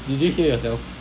did you hear yourself